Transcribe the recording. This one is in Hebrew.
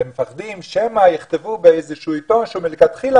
שמפחדים שמא יכתבו באיזשהו עיתון שהוא מלכתחילה